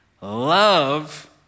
love